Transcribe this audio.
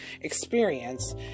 experience